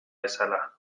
bezala